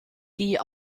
die